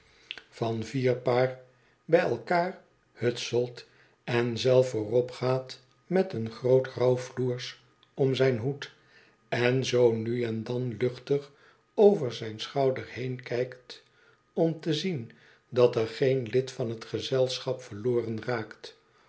van vier paar bij elkaar hutselt en zelf vooropgaat rnet een groot rouwfloers op zijn hoed en zoo nu en dan luchtig over zijn schouder heenkijkt om te zien dat er geen lid van t gezelschap verloren raakt